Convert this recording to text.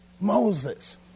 Moses